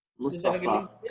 Mustafa